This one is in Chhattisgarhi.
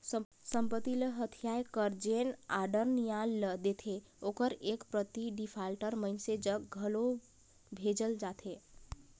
संपत्ति ल हथियाए कर जेन आडर नियालय ल देथे ओकर एक प्रति डिफाल्टर मइनसे जग घलो भेजल जाथे